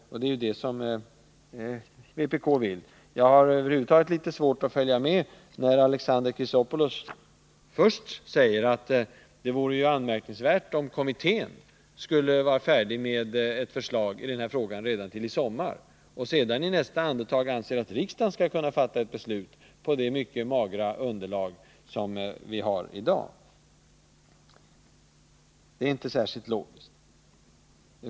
Det är det vpk vill. Jag har över huvud taget litet svårt att följa med när Alexander Chrisopoulos först säger att det vore anmärkningsvärt om kommittén skulle vara färdig med ett förslag i den här frågan redan till sommaren, och sedan i nästa andetag anser att riksdagen skall kunna fatta ett beslut på det mycket magra underlag vi har i dag. Det är inte särskilt logiskt.